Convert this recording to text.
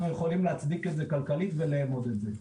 יכולים להצדיק את זה כלכלית ולאמוד את זה.